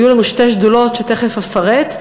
היו לנו שתי שדולות ותכף אפרט,